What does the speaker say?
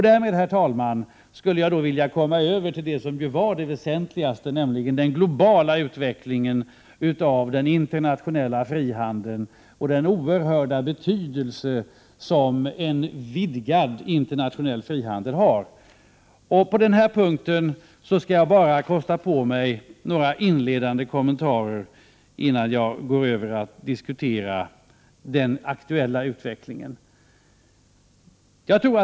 Därmed, herr talman, skall jag övergå till att tala om det väsentligaste, nämligen den globala utvecklingen av den internationella frihandeln och den oerhörda betydelse som en vidgad internationell frihandel har. Jag skall kosta på mig några inledande kommentarer innan jag övergår till att diskutera den aktuella utvecklingen.